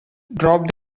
drop